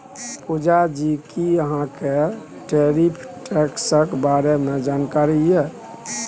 पुजा जी कि अहाँ केँ टैरिफ टैक्सक बारे मे जानकारी यै?